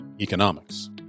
economics